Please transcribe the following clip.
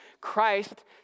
Christ